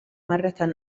مرة